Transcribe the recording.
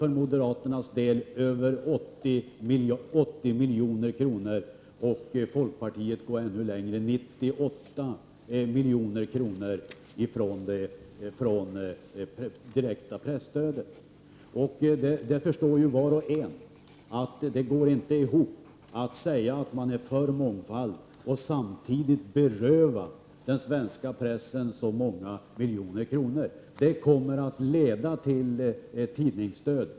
För moderaternas del rör det sig om 80 milj.kr., medan folkpartiet går ännu längre och talar om 98 milj.kr. Var och en förstår att det inte går ihop att säga att man är för mångfald samtidigt som man vill beröva den svenska pressen flera miljoner kronor. Det kommer att leda till tidningsdöd.